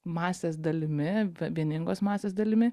masės dalimi vieningos masės dalimi